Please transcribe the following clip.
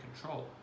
control